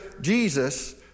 Jesus